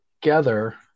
together